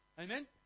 amen